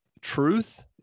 truth